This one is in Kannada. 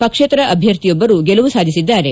ಪಕ್ಷೇತರ ಅಭ್ಲರ್ಥಿಯೊಬ್ಲರು ಗೆಲುವು ಸಾಧಿಸಿದ್ದಾರೆ